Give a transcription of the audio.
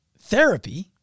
Therapy